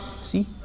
See